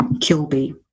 Kilby